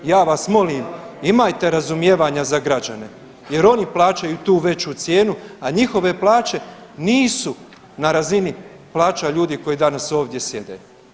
Ja vas molim imajte razumijevanja za građane jer oni plaćaju tu veću cijenu, a njihove plaće nisu na razini plaća ljudi koji danas ovdje sjede.